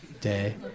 Day